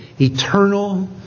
eternal